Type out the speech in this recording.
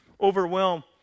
overwhelm